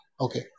Okay